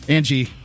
Angie